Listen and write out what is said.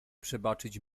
przebaczyć